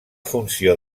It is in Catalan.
funció